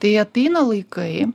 tai ateina laikai